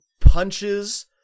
punches